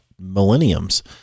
millenniums